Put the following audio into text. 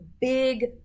big